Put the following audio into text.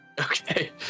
Okay